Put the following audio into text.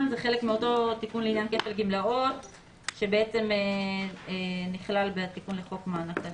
זה חלק מאותו תיקון לעניין כפל גמלאות שנכלל בתיקון לחוק מענק תעסוקה.